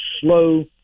slow